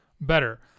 better